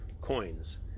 coins